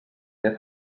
què